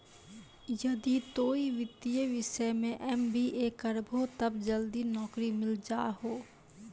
यदि तोय वित्तीय विषय मे एम.बी.ए करभो तब जल्दी नैकरी मिल जाहो